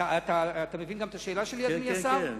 אתה מבין את השאלה שלי, אדוני השר?